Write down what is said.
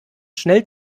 schnell